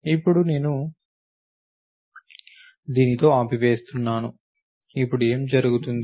ఇప్పుడు నేను దీనితో ఆపేస్తున్నాను ఇప్పుడు ఏమి జరుగుతుంది